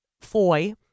Foy